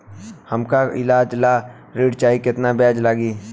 हमका ईलाज ला ऋण चाही केतना ब्याज लागी?